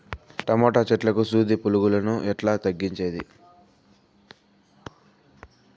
Tomato చెట్లకు సూది పులుగులను ఎట్లా తగ్గించేది?